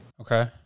Okay